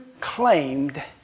claimed